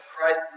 Christ